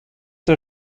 der